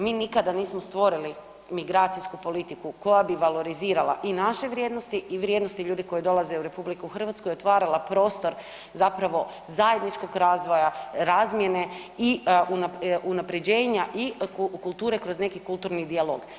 Mi nikada nismo stvori migracijsku politiku koja bi valorizirala i naše vrijednosti i vrijednosti ljudi koji dolaze u RH i otvarala prostor zapravo zajedničkog razvoja, razmjene i unapređenja i kulture kroz neki kulturni dijalog.